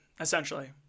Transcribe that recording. essentially